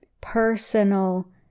personal